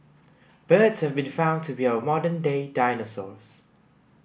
birds have been found to be our modern day dinosaurs